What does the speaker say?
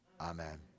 Amen